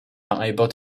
unable